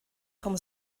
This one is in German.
vom